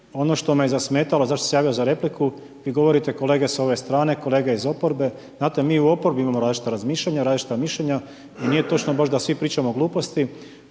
Ono što me je zasmetalo, zašto sam se javio za repliku, vi govorite kolega s ove strane, kolega iz oporbe, znate, mi u oporbi imamo različita razmišljanja, različita mišljenja i nije točno baš da svi pričamo gluposti